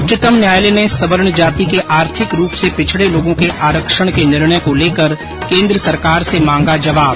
उच्चतम न्यायालय ने सवर्ण जाति के आर्थिक रूप से पिछडे लोगों के आरक्षण के निर्णय को लेकर केन्द्र सरकार से मांगा जवाब